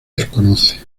desconoce